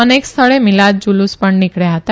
અનેક સ્થળે મીલાદ જુલુસ પણ નીકબ્યા હતા